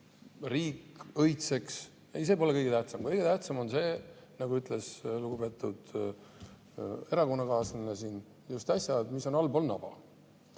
riik õitseks. Ei, see pole kõige tähtsam. Kõige tähtsam on see, nagu ütles lugupeetud erakonnakaaslane siin just äsja, mis on allpool